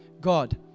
God